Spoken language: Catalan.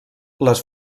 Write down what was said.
les